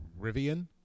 Rivian